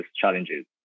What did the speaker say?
challenges